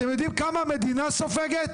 אתם יודעים כמה המדינה סופגת?